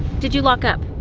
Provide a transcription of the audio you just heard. did you lock up